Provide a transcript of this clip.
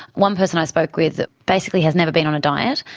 one person i spoke with basically has never been on a diet,